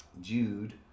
Jude